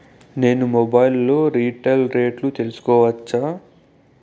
నేను మొబైల్ లో రీటైల్ రేట్లు తెలుసుకోవచ్చా?